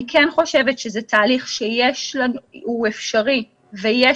אני כן חושבת שזה תהליך שהוא אפשרי ויש